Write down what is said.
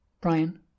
Brian